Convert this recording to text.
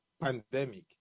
pandemic